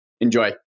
Enjoy